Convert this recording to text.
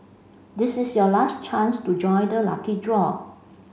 this is your last chance to join the lucky draw